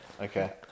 okay